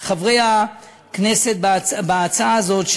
חברי הכנסת בהצעה הזאת.